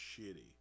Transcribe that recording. shitty